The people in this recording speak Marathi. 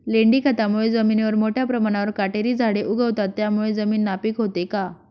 लेंडी खतामुळे जमिनीवर मोठ्या प्रमाणावर काटेरी झाडे उगवतात, त्यामुळे जमीन नापीक होते का?